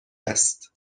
است